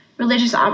Religious